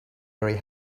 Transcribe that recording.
very